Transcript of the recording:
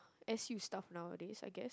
S U stuff nowadays I guess